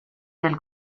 del